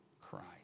Christ